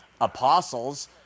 Apostles